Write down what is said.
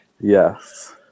yes